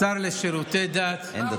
השר לשירותי דת, מה,